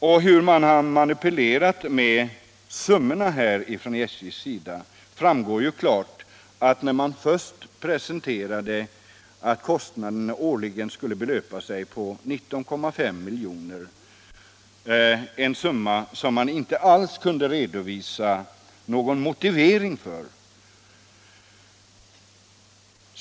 Och hur SJ här manipulerade med summorna framgår av att man först förklarade att kostnaderna årligen skulle belöpa sig på 19,5 milj.kr., ett belopp som man emellertid inte kunde prestera någon som helst motivering för.